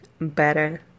better